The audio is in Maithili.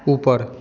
ऊपर